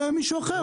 זה מישהו אחר,